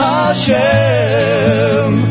Hashem